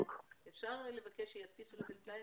אפשר לבקש שידפיסו את זה?